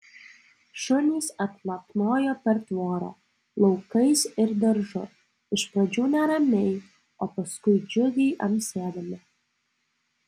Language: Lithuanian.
šunys atlapnojo per tvorą laukais ir daržu iš pradžių neramiai o paskui džiugiai amsėdami